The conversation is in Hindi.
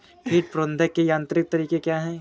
कीट प्रबंधक के यांत्रिक तरीके क्या हैं?